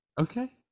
Okay